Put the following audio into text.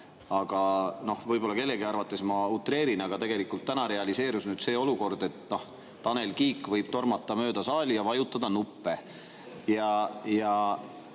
aga võib-olla kellegi arvates, ma utreerin, aga tegelikult täna realiseerus see olukord, kus Tanel Kiik võib tormata mööda saali ja vajutada nuppe.